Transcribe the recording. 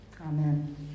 Amen